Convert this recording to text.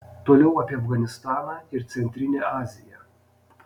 toliau apie afganistaną ir centrinę aziją